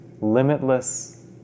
limitless